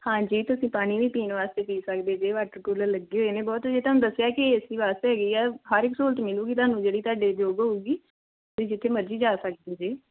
ਹਾਂਜੀ ਤੁਸੀਂ ਪਾਣੀ ਵੀ ਪੀਣ ਵਾਸਤੇ ਪੀ ਸਕਦੇ ਜੇ ਵਾਟਰ ਕੂਲਰ ਲੱਗੇ ਹੋਏ ਨੇ ਬਹੁਤ ਵਧੀਆ ਤੁਹਾਨੂੰ ਦੱਸਿਆ ਕਿ ਏ ਸੀ ਬੱਸ ਹੈਗੀ ਆ ਹਰ ਇੱਕ ਸਹੂਲਤ ਮਿਲੂਗੀ ਤੁਹਾਨੂੰ ਜਿਹੜੀ ਤੁਹਾਡੇ ਯੋਗ ਹੋਊਗੀ ਤੁਸੀਂ ਜਿੱਥੇ ਮਰਜੀ ਜਾ ਸਕਦੇ ਜੇ